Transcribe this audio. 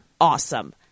awesome